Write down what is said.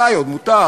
עלי עוד מותר,